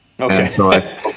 okay